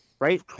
right